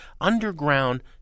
underground